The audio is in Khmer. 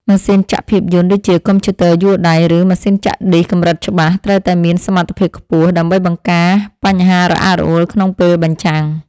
ម៉ាស៊ីនចាក់ភាពយន្ត ដូចជាកុំព្យូទ័រយួរដៃ ឬម៉ាស៊ីនចាក់ឌីសកម្រិតច្បាស់ ត្រូវតែមានសមត្ថភាពខ្ពស់ ដើម្បីបង្ការបញ្ហារអាក់រអួលក្នុងពេលបញ្ចាំង។